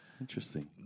Interesting